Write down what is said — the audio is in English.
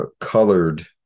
colored